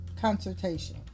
consultation